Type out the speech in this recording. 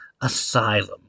asylum